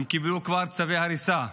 הם קיבלו כבר צווי הריסה.